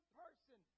person